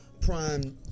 Prime